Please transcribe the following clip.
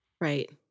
Right